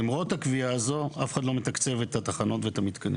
למרות הקביעה הזו אף אחד לא מתקצב את התחנות ואת המתקנים.